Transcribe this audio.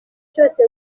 cyose